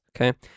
Okay